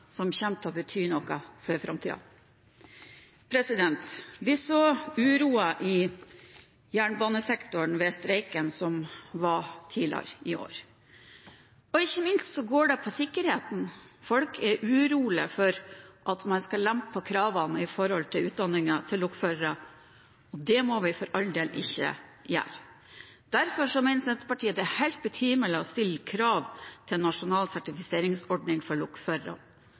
som kommer til å bety noe for framtiden. Vi så uroen i jernbanesektoren ved streiken som var tidligere i år, og ikke minst går det på sikkerheten. Folk er urolige for at man skal lempe på kravene til utdanningen til lokførere, og det må vi for all del ikke gjøre. Derfor mener Senterpartiet at det er helt betimelig å stille krav om en nasjonal sertifiseringsordning for lokførere.